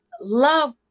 love